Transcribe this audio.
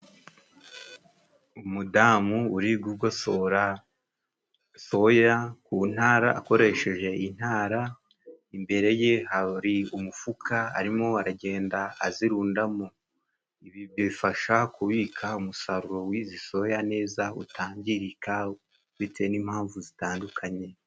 Umudamu uri kugosora soya ku ntara akoresheje intara, imbere ye hari umufuka arimo aragenda azirundamo. Ibi bifasha kubika umusaruro w'izi soya neza, utangirika, bitewe n'impamvu zitandukanye.